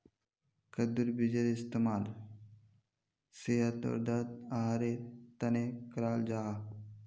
कद्दुर बीजेर इस्तेमाल सेहत वर्धक आहारेर तने कराल जाहा